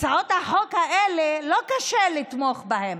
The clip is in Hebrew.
הצעות החוק האלה, לא קשה לתמוך בהן,